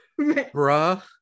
Bruh